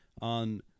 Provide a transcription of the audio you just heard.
on